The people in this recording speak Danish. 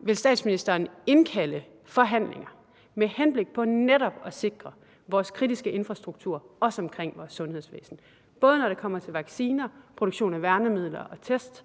Vil statsministeren indkalde til forhandlinger med henblik på netop at sikre vores kritiske infrastruktur også omkring vores sundhedsvæsen, både når det kommer til vacciner, produktion af værnemidler og test